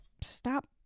stop